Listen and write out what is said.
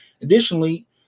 Additionally